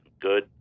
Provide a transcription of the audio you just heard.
good